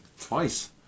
twice